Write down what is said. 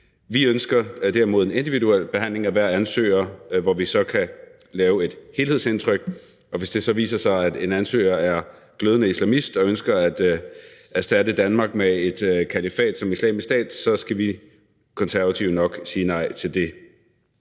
Vi ønsker derimod en individuel behandling af ansøgerne, hvor vi kan danne os et helhedsindtryk, og hvis det så viser sig, at en ansøger er glødende islamist og ønsker at erstatte Danmark med et kalifat som Islamisk Stats, så skal vi Konservative nok sige nej til det.